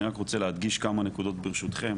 אני רק רוצה להדגיש כמה נקודות ברשותכן,